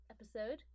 episode